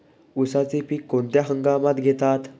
उसाचे पीक कोणत्या हंगामात घेतात?